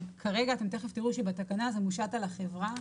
כרגע, אתם תיכף תראו שבתקנה זה מושת על החברה.